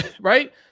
right